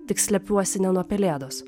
tik slepiuosi ne nuo pelėdos